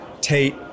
Tate